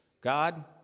God